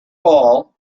all